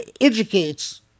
educates